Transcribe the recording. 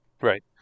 Right